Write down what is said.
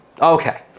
Okay